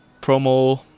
promo